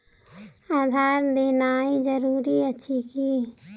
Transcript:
आधार देनाय जरूरी अछि की?